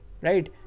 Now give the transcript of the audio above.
right